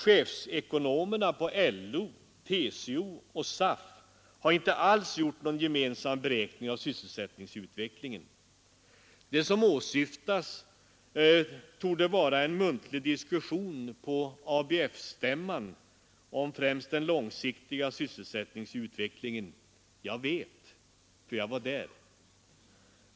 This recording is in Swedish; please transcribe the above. Chefekonomerna på LO, TCO och SAF har inte alls gjort någon gemensam beräkning av sysselsättningsutvecklingen. Det som åsyftas torde vara en muntlig diskussion på ABF-stämman om främst den långsiktiga sysselsättningsutvecklingen. Jag vet, för jag var där.